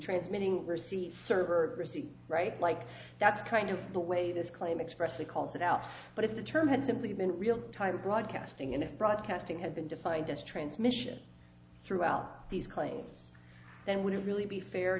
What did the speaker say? transmitting receive server receive right like that's kind of the way this claim expressly calls it out but if the term had simply been real time broadcasting and if broadcasting had been defined as transmission throughout these claims then wouldn't really be fair